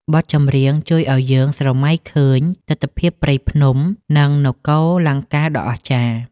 បទចម្រៀងជួយឱ្យយើងស្រមៃឃើញទិដ្ឋភាពព្រៃភ្នំ និងនគរលង្កាដ៏អស្ចារ្យ។